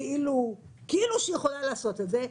כאילו שהיא יכולה לעשות את זה,